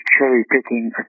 cherry-picking